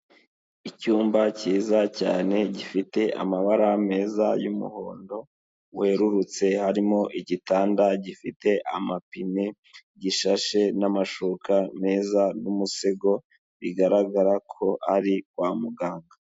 Icyumba cyiza cyane gifite amabara meza y'umuhondo werurutse, harimo igitanda gifite amapine gishashe n'amashuka meza n'umusego, bigaragara ko ari kwa muganga.